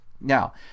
Now